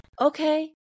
Okay